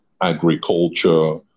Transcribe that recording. agriculture